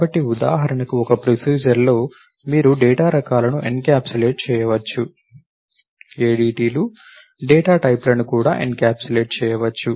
కాబట్టి ఉదాహరణకు ఒక ప్రొసీజర్లో మీరు డేటా రకాలను ఎన్క్యాప్సులేట్ చేయవచ్చు ADTలు డేటా టైప్ లను కూడా ఎన్క్యాప్సులేట్ చేయవచ్చు